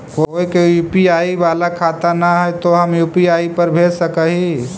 कोय के यु.पी.आई बाला खाता न है तो हम यु.पी.आई पर भेज सक ही?